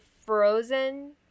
frozen